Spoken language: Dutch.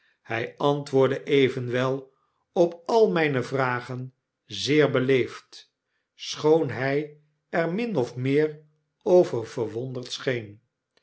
hy antwoordde evenwel op al myne vragen zeer beleefd schoon hjj er min of meer over verwonderd scheen